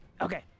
Okay